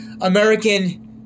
American